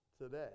today